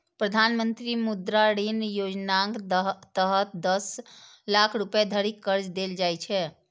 प्रधानमंत्री मुद्रा ऋण योजनाक तहत दस लाख रुपैया धरि कर्ज देल जाइ छै